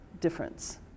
difference